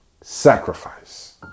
sacrifice